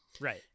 Right